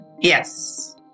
Yes